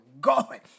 God